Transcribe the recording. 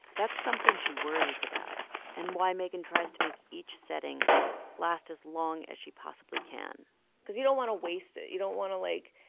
that's something she worries about and why megan tries to make each setting last as long as she possibly can cause you don't want to waste it. you don't want to, like,